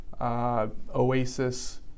OASIS